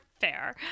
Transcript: fair